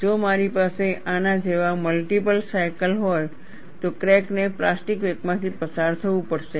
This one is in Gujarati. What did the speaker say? જો મારી પાસે આના જેવા મલ્ટિપલ સાયકલ હોય તો ક્રેકને પ્લાસ્ટિક વેકમાંથી પસાર થવું પડશે